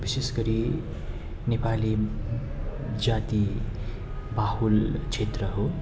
विशेष गरी नेपाली जाति बहुल क्षेत्र हो